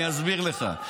אני אסביר לך.